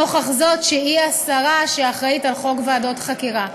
נוכח זאת שהיא השרה שאחראית לחוק ועדות חקירה.